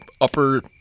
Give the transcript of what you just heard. upper